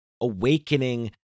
awakening